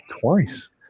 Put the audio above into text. twice